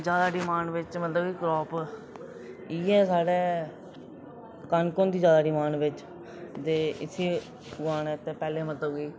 जैदा डिमांड बिच मतलब क्राप इयै साढ़ै कनक होंदी जैदा डिमांड बिच ते इसी उगान्ने ते पैह्लें मतलब कि